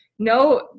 No